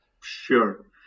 Sure